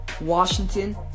Washington